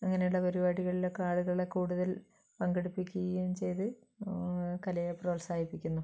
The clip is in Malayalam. അങ്ങനെയുള്ള പരിപാടികളിലൊക്കെ ആളുകളെ കൂടുതൽ പങ്കെടുപ്പിക്കുകയും ചെയ്ത് കലയെ പ്രോത്സാഹിപ്പിക്കുന്നു